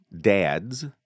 dads